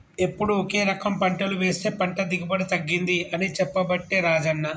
ఎప్పుడు ఒకే రకం పంటలు వేస్తె పంట దిగుబడి తగ్గింది అని చెప్పబట్టే రాజన్న